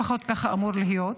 לפחות ככה אמור להיות.